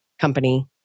company